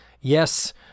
yes